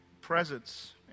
presence